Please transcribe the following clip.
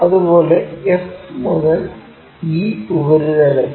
അതുപോലെ f മുതൽ e ഉപരിതലത്തിൽ